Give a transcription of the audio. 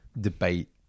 debate